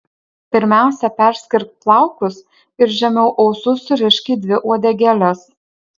pirmiausia perskirk plaukus ir žemiau ausų surišk į dvi uodegėles